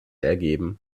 ergeben